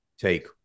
take